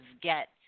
get